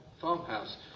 farmhouse